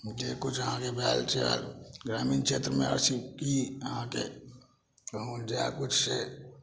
जे किछु अहाँके भेल से ग्रामीण क्षेत्रमे अइसेकि अहाँके कहूँ जाइ किछु छै